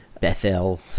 Bethel